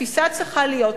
התפיסה צריכה להיות,